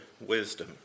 wisdom